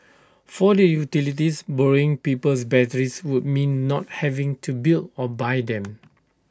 for the utilities borrowing people's batteries would mean not having to build or buy them